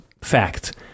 fact